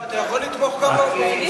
אתה יכול לתמוך גם באופוזיציה.